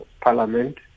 parliament